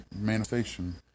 manifestation